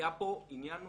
היה פה עניין נוסף.